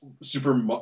super